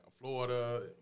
Florida